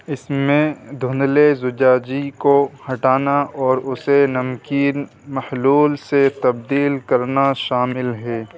اس میں دھندلے زجاجی کو ہٹانا اور اسے نمکین محلول سے تبدیل کرنا شامل ہے